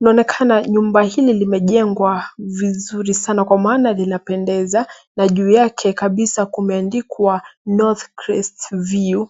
linaonekana jumba hili limejengwa vizuri sana kwa maana linapendeza na juu yake kabisa kumeandikwa North Crest View.